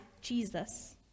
Jesus